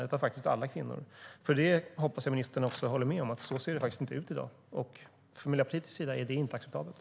Det gäller faktiskt alla kvinnor. Jag hoppas att ministern håller med om att det faktiskt inte ser ut så i dag, och från Miljöpartiets sida anser vi inte att det är acceptabelt.